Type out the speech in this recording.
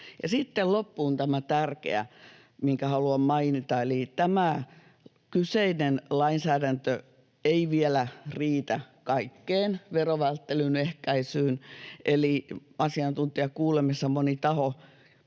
Sitten loppuun tämä tärkeä asia, minkä haluan mainita: Tämä kyseinen lainsäädäntö ei vielä riitä kaikkeen verovälttelyn ehkäisyyn. Asiantuntijakuulemisessa moni taho